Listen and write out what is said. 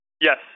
Yes